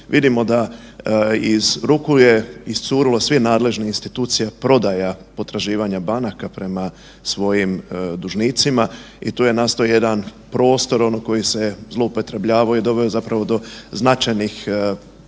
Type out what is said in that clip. Vidimo da iz ruku je iscurilo svih nadležnih institucija prodaja potraživanja banaka prema svojim dužnicima i tu je nasto jedan prostor koji se je zloupotrebljavao i doveo zapravo do značajnih